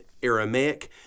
Aramaic